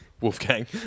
wolfgang